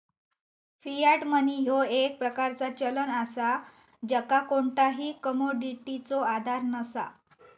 Fiat money ह्यो एक प्रकारचा चलन असा ज्याका कोणताही कमोडिटीचो आधार नसा